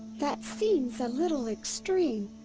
that seems a little extreme.